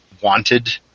wanted